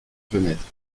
fenêtres